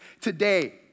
today